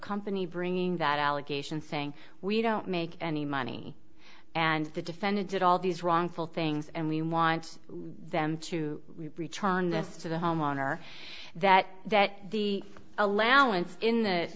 company bringing that allegation saying we don't make any money and the defendant did all these wrongful things and we want them to return this to the homeowner that that the allowance in th